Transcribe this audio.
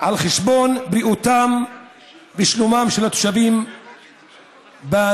על חשבון בריאותם ושלומם של התושבים בנגב.